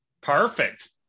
Perfect